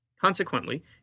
Consequently